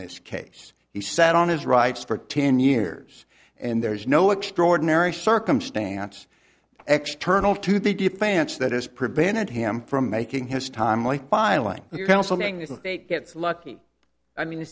this case he sat on his rights for ten years and there's no extraordinary circumstance external to the deep fancy that has prevented him from making his timely filing council gets lucky i mean